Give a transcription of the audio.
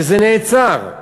וזה נעצר.